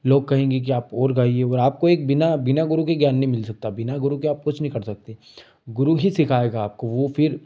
लोग कहेंगे कि आप और गाइए और आपको एक बिना बिना गुरू के ज्ञान नहीं मिल सकता बिना गुरू के आप कुछ नहीं कर सकते गुरू ही सिखाएगा आपको वो फिर